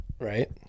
Right